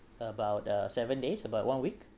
about uh seven days about one week